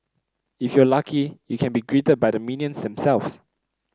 if you lucky you can be greeted by the minions themselves